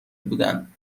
بودن